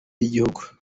y’igihugu